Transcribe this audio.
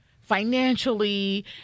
financially